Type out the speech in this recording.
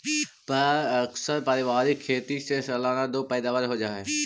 प्अक्सर पारिवारिक खेती से सालाना दो पैदावार हो जा हइ